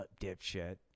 dipshit